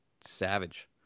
savage